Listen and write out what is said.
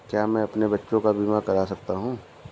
क्या मैं अपने बच्चों का बीमा करा सकता हूँ?